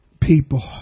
people